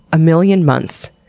a million months,